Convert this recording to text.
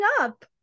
up